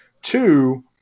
two